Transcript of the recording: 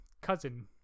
cousin